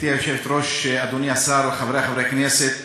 גברתי היושבת-ראש, אדוני השר, חברי חברי הכנסת,